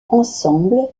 ensemble